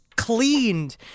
cleaned